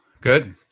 good